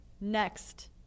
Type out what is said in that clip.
Next